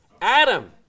adam